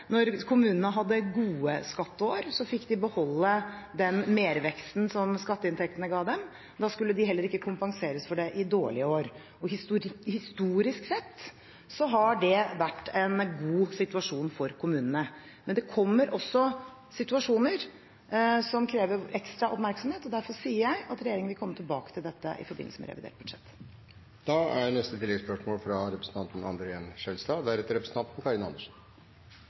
når kommunene hadde gode skatteår, fikk de beholde den merveksten som skatteinntektene ga dem. Da skulle de heller ikke kompenseres for det i dårlige år. Historisk sett har det vært en god situasjon for kommunene, men det kommer også situasjoner som krever ekstra oppmerksomhet. Derfor sier jeg at regjeringen vil komme tilbake til dette i forbindelse med revidert budsjett. André N. Skjelstad – til oppfølgingsspørsmål. Kommunene er